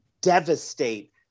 devastate